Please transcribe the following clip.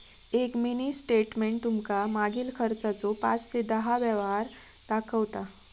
एक mini statement तुमका मागील खर्चाचो पाच ते दहा व्यवहार दाखवता